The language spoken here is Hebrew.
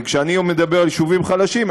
כשאני מדבר על יישובים חלשים,